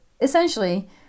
essentially